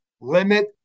limit